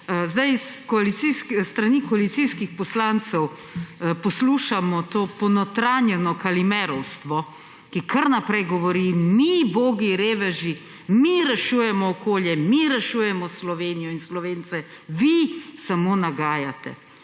Hvala kolegici! S strani koalicijskih poslancev poslušamo to ponotranjeno kalimerovstvo, ki kar naprej govori, mi ubogi reveži, mi rešujemo okolje, mi rešujemo Slovenijo in Slovence, vi samo nagajate.